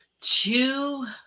two